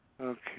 Okay